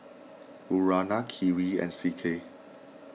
Urana Kiwi and C K